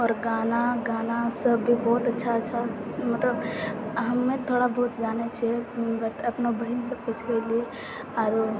आओर गाना गानासब भी बहुत अच्छा अच्छा मतलब हमे थोड़ा बहुत जानै छिए अपनऽ बहिनसबके सिखेलिए आओर